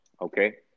Okay